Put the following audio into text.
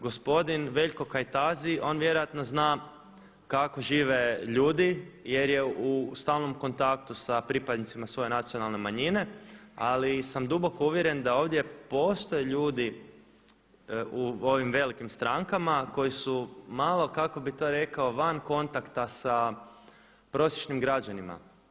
Gospodin Veljko Kajtazi on vjerojatno zna kako žive ljudi jer u stalnom kontaktu sa pripadnicima svoje nacionalne manjine, ali sam duboko uvjeren da ovdje postoje ljudi u ovim velikim strankama koji su malo kako bi to rekao van kontakta sa prosječnim građanima.